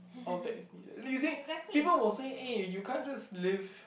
all that is needed like you see people will say eh you can't just live